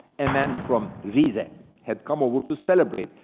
a man from riza had come over to celebrate,